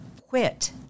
quit